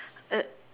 uh